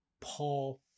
Paul